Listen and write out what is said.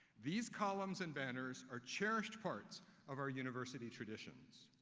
these columns and banners are cherished parts of our university traditions.